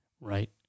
right